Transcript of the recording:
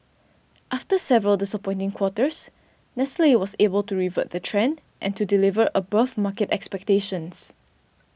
after several disappointing quarters Nestle was able to revert the trend and to deliver above market expectations